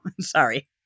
Sorry